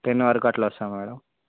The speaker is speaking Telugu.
టెన్ వరకు అలా వస్తాం మేడం